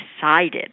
decided